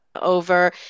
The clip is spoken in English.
over